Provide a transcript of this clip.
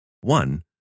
One